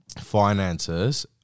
finances